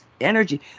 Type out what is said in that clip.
energy